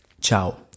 Ciao